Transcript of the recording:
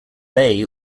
bay